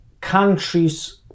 countries